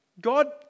God